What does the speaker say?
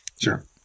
Sure